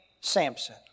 Samson